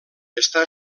està